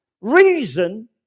reason